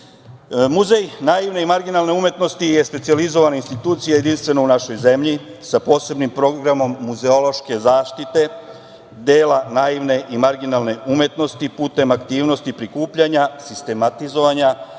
naivne i marginalne umetnosti je specijalizovana institucija, jedinstvena u našoj zemlji, sa posebnim programom muzeološke zaštite, dela naivne i marginalne umetnosti, putem aktivnosti prikupljanja, sistematizovanja,